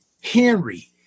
Henry